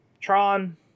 Tron